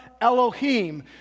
Elohim